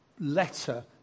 letter